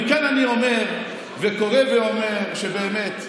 מכאן אני אומר, וקורא ואומר, שבאמת,